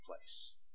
place